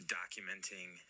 documenting